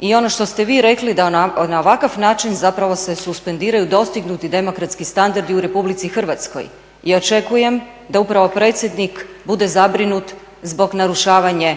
I ono što ste vi rekli da na ovakav način zapravo se suspendiraju dostignuti demokratski standardi u Republici Hrvatskoj. I očekujem da upravo predsjednik bude zabrinut zbog narušavanja